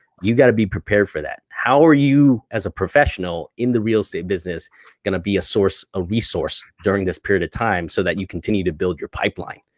you got to be prepared for that. how are you as a professional in the real estate business gonna be a source, a resource during this period of time so that you continue to build your pipeline,